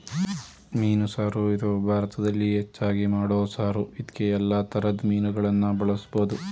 ಮೀನು ಸಾರು ಇದು ಭಾರತದಲ್ಲಿ ಹೆಚ್ಚಾಗಿ ಮಾಡೋ ಸಾರು ಇದ್ಕೇ ಯಲ್ಲಾ ತರದ್ ಮೀನುಗಳನ್ನ ಬಳುಸ್ಬೋದು